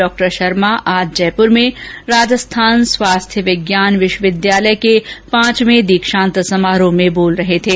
डॉ शर्मा आज जयपूर में राजस्थान स्वास्थ्य विज्ञान विश्वविद्यालय के पांचवे दीक्षान्त समारोह में बोल रहे थे